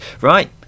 right